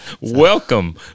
welcome